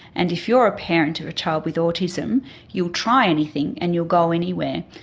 and if you're a parent of a child with autism you'll try anything and you'll go anywhere.